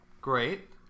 Great